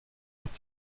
hat